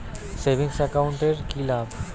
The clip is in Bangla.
সেভিংস একাউন্ট এর কি লাভ?